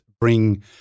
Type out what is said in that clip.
bring